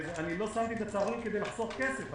שמתי בצהרונים כדי לחסוך כסף.